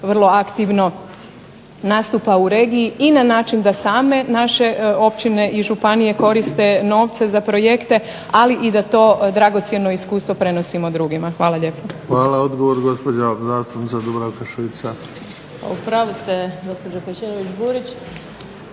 vrlo aktivno nastupa u regiji, i na način da same naše općine i županije koriste novce za projekte, ali i da to dragocjeno iskustvo prenosimo drugima. Hvala lijepa. **Bebić, Luka (HDZ)** Hvala. Odgovor, gospođa zastupnica Dubravka Šuica. **Šuica, Dubravka (HDZ)** U pravu